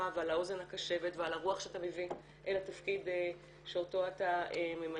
ועל האוזן הקשבת ועל הרוח שאתה מביא אל התפקיד שאותו אתה ממלא.